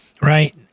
right